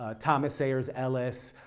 ah thomas sayers ellis,